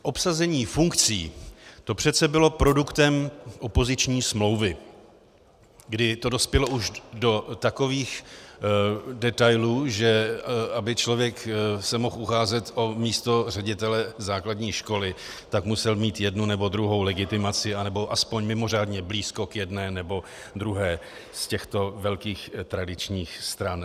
Obsazení funkcí, to přece bylo produktem opoziční smlouvy, kdy to dospělo už do takových detailů, že aby se člověk mohl ucházet o místo ředitele základní školy, tak musel mít jednu nebo druhou legitimaci anebo aspoň mimořádně blízko k jedné nebo druhé z těchto velkých tradičních stran.